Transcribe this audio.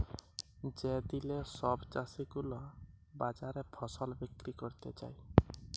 যে দিলে সব চাষী গুলা বাজারে ফসল বিক্রি ক্যরতে যায়